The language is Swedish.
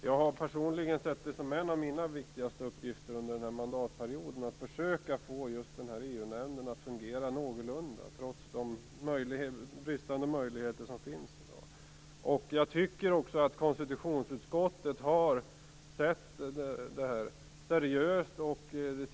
Jag har personligen sett det som en av mina viktigaste uppgifter under den här mandatperioden just att försöka få EU-nämnden att fungera någorlunda bra trots de bristande möjligheter som finns i dag. Jag tycker att konstitutionsutskottet har sett seriöst på detta.